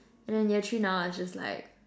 and then year three now is just like